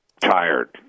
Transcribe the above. tired